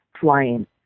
flying